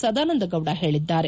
ಸದಾನಂದ ಗೌಡ ಹೇಳಿದ್ದಾರೆ